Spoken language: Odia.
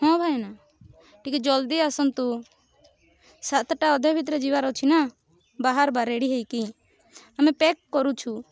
ହଁ ଭାଇନା ଟିକେ ଜଲଦି ଆସନ୍ତୁ ସାତ ଟା ଅଧେ ଭିତରେ ଯିବାର ଅଛି ନା ବାହାରବା ରେଡ଼ି ହେଇକି ଆମେ ପେକ କରୁଛୁ